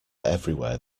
everywhere